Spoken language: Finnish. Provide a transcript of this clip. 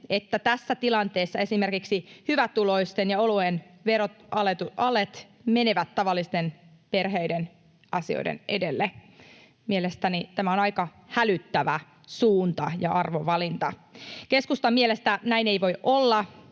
että tässä tilanteessa esimerkiksi hyvätuloisten ja oluen veroalet menevät tavallisten perheiden asioiden edelle? Mielestäni tämä on aika hälyttävä suunta ja arvovalinta. Keskustan mielestä näin ei voi olla.